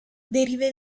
deriva